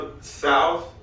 south